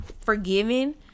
forgiven